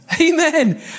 Amen